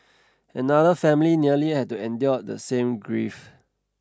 another family nearly had to endure the same grief